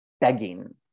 begging